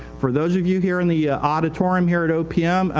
for those of you here in the auditorium here at opm, ah,